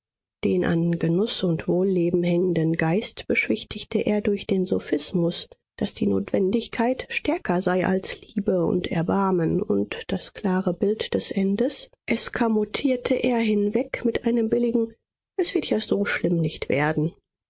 den an genuß und wohlleben hängenden geist beschwichtigte er durch den sophismus daß die notwendigkeit stärker sei als liebe und erbarmen und das klare bild des endes eskamotierte er hinweg mit einem billigen es wird ja so schlimm nicht werden